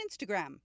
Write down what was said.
Instagram